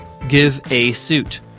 GiveASuit